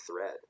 thread